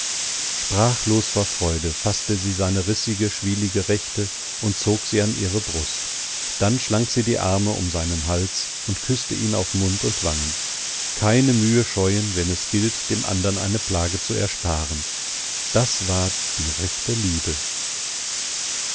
sprachlos vor freude faßte sie seine rissige schwielige rechte und zog sie an ihre brust dann schlang sie die arme um seinen hals und küßte ihn auf mund und wangen keine mühe scheuen wenn es gilt dem andern eine plage zu ersparen das war die rechte liebe